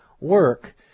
work